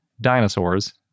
dinosaurs